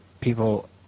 people